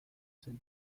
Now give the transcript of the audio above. zen